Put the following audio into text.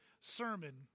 sermon